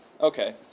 okay